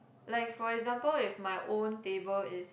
like for example if my own table is